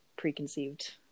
preconceived